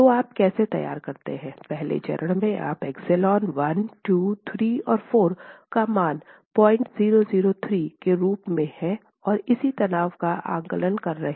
तो आप कैसे तैयार करते हैं पहले चरण में आप ε1 ε2 ε3 और ε4 का मान 0003 के रूप में है और इसी तनाव का आकलन कर रहे हैं